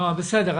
בסדר,